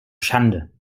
schande